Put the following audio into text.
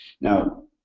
now